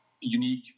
unique